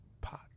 pot